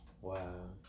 wow